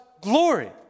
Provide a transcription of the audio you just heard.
glory